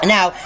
Now